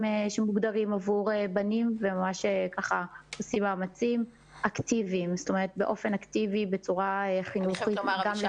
שמוגדרים עבור בנים וממש עושים מאמצים אקטיביים בצורה חינוכית גם לטפל.